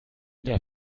der